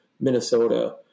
Minnesota